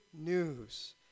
news